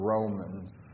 Romans